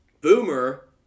Boomer